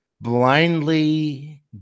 blindly